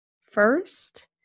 first